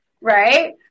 right